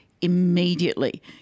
immediately